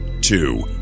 Two